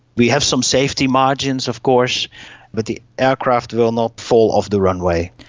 we have some safety margins of course but the aircraft will not fall off the runway.